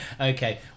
Okay